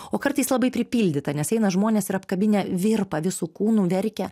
o kartais labai pripildyta nes eina žmonės ir apkabinę virpa visu kūnu verkia